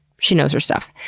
she knows her stuff.